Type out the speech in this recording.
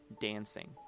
dancing